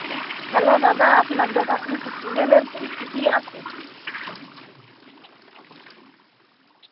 hello দাদা আপনার দোকানে সিজেনের ফুল কী কী আছে